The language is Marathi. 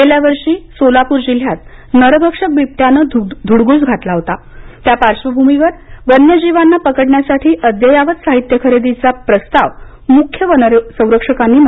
गेल्या वर्षी सोलापूर जिल्ह्यात नरभक्षक बिबट्याने ध्र्डगूस घातला होता त्या पार्श्वभूमीवर वन्यजीवांना पकडण्यासाठी अद्ययावत साहित्य खरेदीचा प्रस्ताव मुख्य वनसंरक्षकांनी मंजूर केला